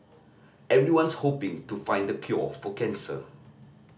everyone's hoping to find a cure for cancer